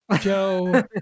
Joe